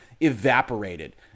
evaporated